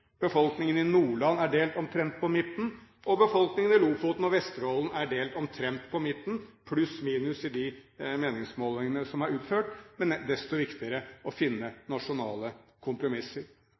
Befolkningen i Nordland er delt omtrent på midten, og befolkningen i Lofoten og Vesterålen er delt omtrent på midten, pluss-minus i de meningsmålingene som er utført. Desto viktigere er det å finne nasjonale kompromisser.